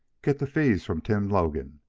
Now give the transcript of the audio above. get the fees from tim logan.